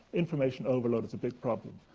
information overload is a big problem.